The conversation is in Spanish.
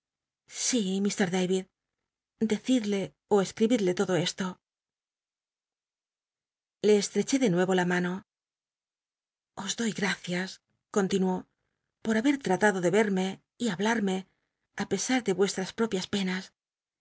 si lk david decidle ó escribidle todo esto le estreché de nucro la mano tratado os doy gracias continuó por haber tratado de verme y hahlmme á pesar de vuestms propias penas